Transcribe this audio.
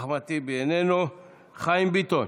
אחמד טיבי, איננו, חיים ביטון,